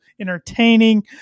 entertaining